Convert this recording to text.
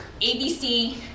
ABC